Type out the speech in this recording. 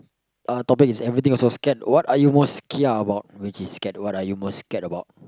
uh topic is everything also scared what are you most kia about which is scared about what are you most scared about